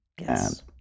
Yes